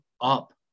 up